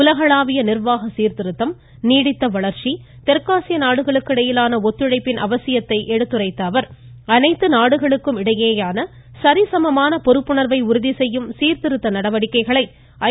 உலகளாவிய நிர்வாக சீர்திருத்தம் நீடித்த வளர்ச்சி தெற்காசிய நாடுகளுக்கு இடையிலான ஒத்துழைப்பின் அவசியத்தை எடுத்துரைத்த அவர் அனைத்து நாடுகளுக்கும் இடையேயான சரிசமமான பொறுப்புணர்வை உறுதிசெய்யும் சீர்திருத்த நடவடிக்கைகளை ஐ